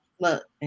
Look